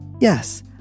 Yes